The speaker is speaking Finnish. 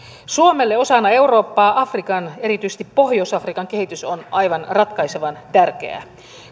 suomelle osana eurooppaa afrikan erityisesti pohjois afrikan kehitys on aivan ratkaisevan tärkeää